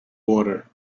water